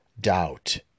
doubt